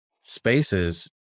spaces